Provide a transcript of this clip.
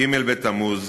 ג' בתמוז,